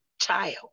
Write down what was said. child